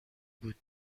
بود